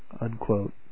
unquote